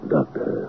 Doctor